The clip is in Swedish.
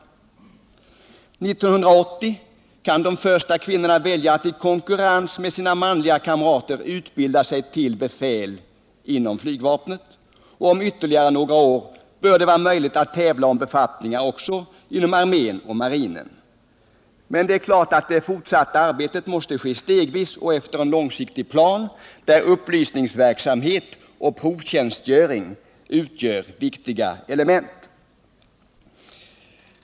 1980 kan de första kvinnorna välja att i konkurrens med sina manliga kamrater utbilda sig till befäl inom flygvapnet. Om ytterligare några år bör det vara möjligt att tävla om befattningar också inom armén och marinen. Men det fortsatta arbetet måste naturligtvis ske stegvis och efter en långsiktig plan, där upplysningsverksamhet och provtjänstgöring utgör viktiga element.